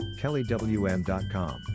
kellywm.com